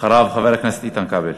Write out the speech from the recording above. אחריו, חבר הכנסת איתן כבל.